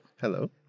Hello